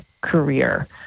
career